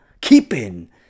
keeping